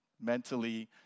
mentally